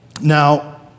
Now